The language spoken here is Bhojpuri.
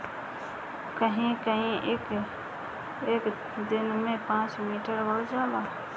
कहीं कहीं ई एक दिन में पाँच मीटर बढ़ जाला